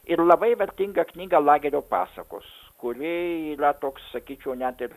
ir labai vertingą knygą lagerio pasakos kuri yra toks sakyčiau net ir